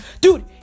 Dude